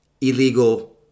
illegal